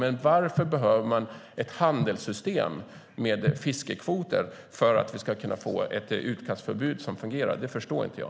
Men varför behövs ett handelssystem med fiskekvoter för att vi ska kunna få ett utkastförbud som fungerar? Det förstår inte jag.